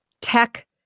tech